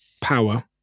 Power